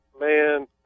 Man